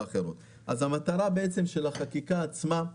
אז המטרה של החקיקה עצמה היא